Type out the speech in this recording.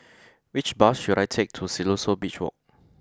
which bus should I take to Siloso Beach Walk